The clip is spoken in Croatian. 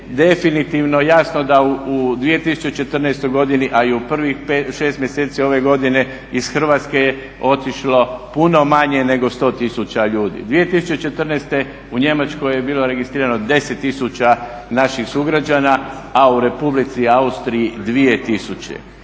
definitivno jasno da u 2014. godini a i u prvih 6 mjeseci ove godine iz Hrvatske je otišlo puno manje nego 100 tisuća ljudi. 2014. u Njemačkoj je bilo registrirano 10 tisuća naših sugrađana a u Republici Austriji 2000.